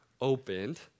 opened